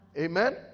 Amen